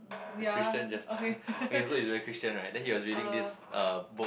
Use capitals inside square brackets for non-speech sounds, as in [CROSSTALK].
the Christian Jasper [BREATH] okay that is a Christian right then he was like reading this uh book